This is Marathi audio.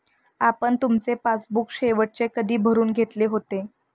आपण तुमचे पासबुक शेवटचे कधी भरून घेतले होते?